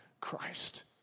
Christ